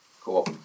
Cool